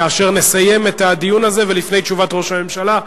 כאשר נסיים את הדיון הזה ולפני תשובת ראש הממשלה.